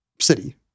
city